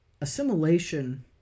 assimilation